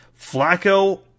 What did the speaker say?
Flacco